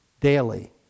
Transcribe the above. daily